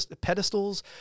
pedestals